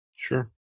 Sure